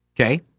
Okay